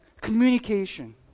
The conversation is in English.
Communication